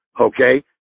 okay